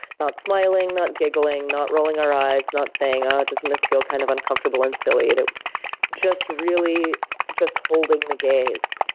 not smiling, not giggling, not rolling our eyes, not saying, oh, doesn't this feel kind of uncomfortable and silly, just really just holding the gaze.